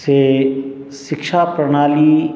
से शिक्षा प्रणाली